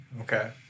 Okay